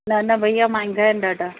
न न भैया महांगा आहिनि ॾाढा